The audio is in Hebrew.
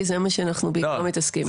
כי זה מה שאנחנו בעיקר מתעסקים בו.